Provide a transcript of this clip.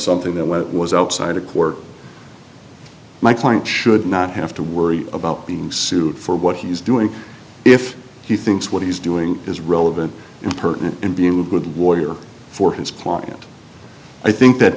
something that was outside of court my client should not have to worry about being sued for what he's doing if he thinks what he's doing is relevant and pertinent and being a good lawyer for his client i think that